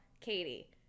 Katie